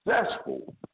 successful